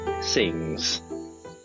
Sings